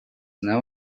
now